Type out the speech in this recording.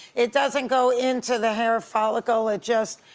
it doesn't go into the hair follicle, it just,